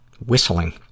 Whistling